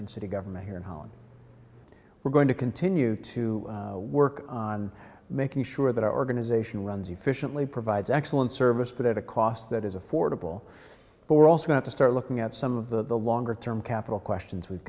in city government here in holland we're going to continue to work on making sure that our organization runs efficiently provides excellent service but at a cost that is affordable but we're also going to start looking at some of the longer term capital questions we've